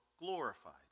glorified